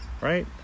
right